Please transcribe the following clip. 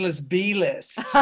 B-list